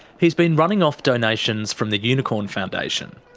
he's been running off donations from the unicorn foundation,